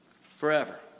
forever